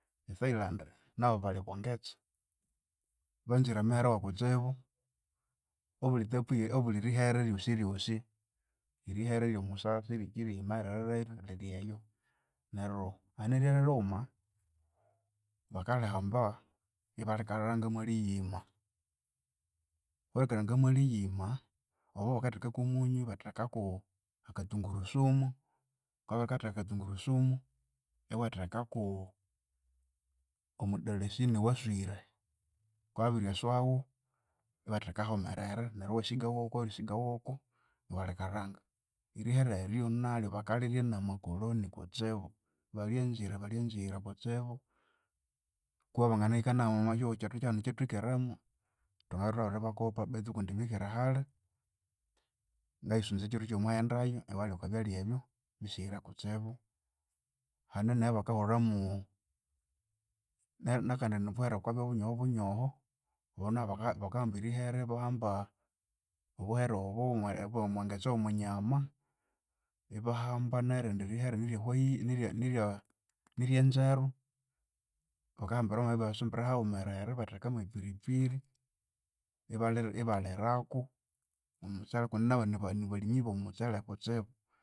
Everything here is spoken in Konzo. E Thailand nabu balyokwangetse, banzire amahere wakutsibu abuli type ye abuli rihere ryosiryosi, erihere eryomusasi, eryekyirima eriririthi riryeyo. Neryu hane erihere righuma, bakarihamba ibarikalanga mwariyima. Bakabya babiririkalhanaga mwa riyima, obo bakatheka komunyu bathekaku akathungurusumu, wukabya wabirikatheka akathunguru sumu, wukabya wabiritheka akathungurusumu, iwathekaku omudalasini owaswire, wukawabiriswawu, ibatheka haghumerere iwasigawoko erisigawoko neryu iwarikalhanga. Erihere eryu naryu bakarirya namakoloni kutsibu baryanzire baryanzire kusibu. Kweba banginahika hanu omwakyihugho kyethu kyahanu kyithwikeremu, thwangabere ithwabiribakopa betu kundi bikere hali ngayisunza kyiro kyiwuma iwaghendayo iwayalya okwabyalya ebyo bisihire kutsibu. Hane ne yabakahulhamu nakandi nibuhere bukabya bunyoho bunyoho obo nabu bakahamba erihere ibahamba obuhere obu erilwa omwangetse yomunyama ibahamba nerindi rihere nye white nirye niryenzeru, bakahambira neryu ibatsumbira hawumerere ibathekamu nepiripiri ibali ibaliraku omutsele kundi nabu niba nibalimi bomutsele kutsibu.